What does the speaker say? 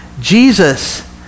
Jesus